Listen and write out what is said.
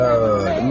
God